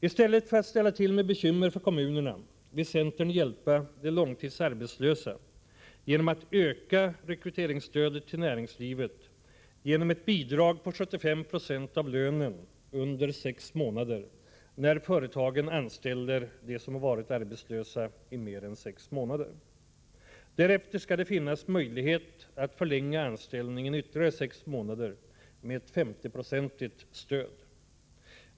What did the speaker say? I stället för att ställa till med bekymmer för kommunerna vill centern hjälpa de långtidsarbetslösa genom att öka rekryteringsstödet till näringslivet genom ett bidrag på 75 26 av lönen under sex månader när företagen anställer dem som varit arbetslösa i mer än sex månader. Därefter skall det finnas möjlighet att förlänga anställningen i ytterligare sex månader med ett 50-procentigt stöd.